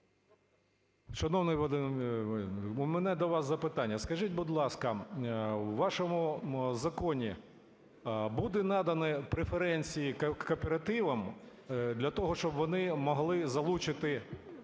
Шановний Вадим Євгенович, у мене до вас запитання. Скажіть, будь ласка, у вашому законі будуть надані преференції кооперативам для того, щоб вони могли залучити